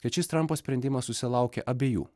kad šis trampo sprendimas susilaukė abiejų